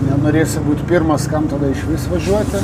nenorėsi būt pirmas kam tada išvis važiuoti